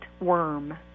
Worm